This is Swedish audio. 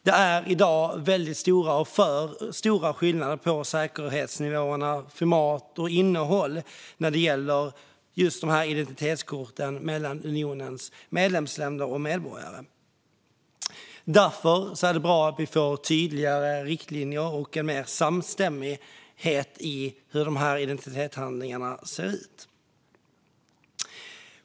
Det är i dag för stora skillnader på säkerhetsnivå, format och innehåll när det gäller identitetskorten för unionens medlemsländer och medborgare. Därför är det bra att vi får tydligare riktlinjer och mer samstämmighet i hur dessa identitetshandlingar ska se ut.